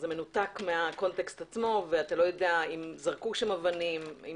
זה מנותק מההקשר, ואתה לא יודע אם זרקו אבנים או